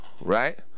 right